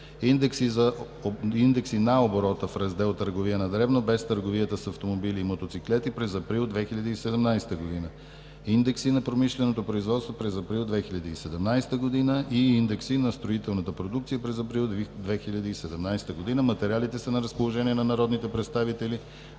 индекси на оборота в Раздел „Търговия на дребно“ без търговията с автомобили и мотоциклети през април 2017 г.; индекси на промишленото производство през април 2017 г. и индекси на строителната продукция през април 2017 г. Материалите са на разположение на народните представители